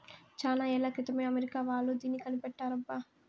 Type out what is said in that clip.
చానా ఏళ్ల క్రితమే అమెరికా వాళ్ళు దీన్ని కనిపెట్టారబ్బా